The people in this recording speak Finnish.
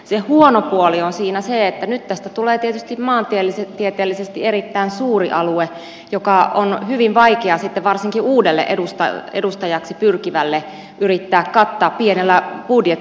se huono puoli on siinä se että nyt tästä tulee tietysti maantieteellisesti erittäin suuri alue joka on hyvin vaikea varsinkin uudelle edustajaksi pyrkivälle yrittää kattaa pienellä budjetilla